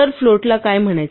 तर फ्लोट ला काय म्हणायचे